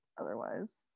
otherwise